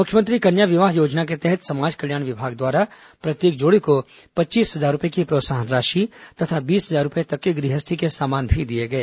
मुख्यमंत्री कन्या विवाह योजना के तहत समाज कल्याण विभाग द्वारा प्रत्येक जोड़े को पच्चीस हजार रूपए की प्रोत्साहन राशि तथा बीस हजार रूपये तक के गृहस्थी के सामान भी दिए गए